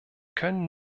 können